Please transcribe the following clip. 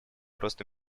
росту